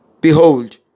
Behold